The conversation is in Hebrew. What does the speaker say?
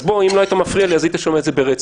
אם לא היית מפריע לי, כבר היית שומע את זה ברצף.